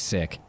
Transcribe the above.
Sick